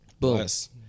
yes